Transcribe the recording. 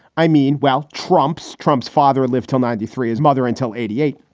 i mean, well, trumps. trump's father lived till ninety three. his mother until eighty eight.